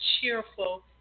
cheerful